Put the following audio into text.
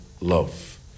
love